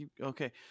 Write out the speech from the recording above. Okay